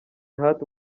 hart